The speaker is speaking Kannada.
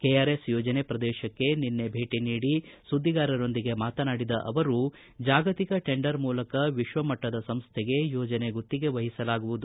ಕೆಆರೆಸ್ ಯೋಜನೆ ಪ್ರದೇಶಕ್ಕೆ ನಿನ್ನೆ ಭೇಟ ನೀಡಿ ಸುದ್ದಿಗಾರರೊಂದಿಗೆ ಮಾತನಾಡಿದ ಅವರು ಜಾಗತಿಕ ಟೆಂಡರ್ ಮೂಲಕ ವಿಶ್ವಮಟ್ಟದ ಸಂಸ್ಥೆಗೆ ಯೋಜನೆ ಗುತ್ತಿಗೆ ವಹಿಸಲಾಗುವುದು